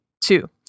Two